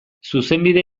zuzenbide